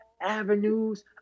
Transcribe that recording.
avenues